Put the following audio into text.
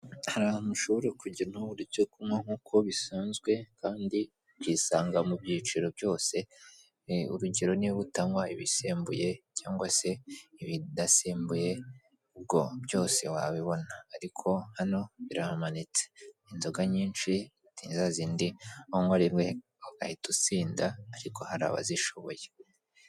Hari ahantu ushobora kujya ntubure icyo kunywa nk'uko bisanzwe kandi ukisanga mu byiciro byose, urugero niba utanywa ibisembuye cyangwa se ibidasembuye ubwo byose wabibona ariko hano birahamanitse. Inzoga nyinshi ndetse za zindi unywa rimwe ugahita usinda ariko hari abazishoboye.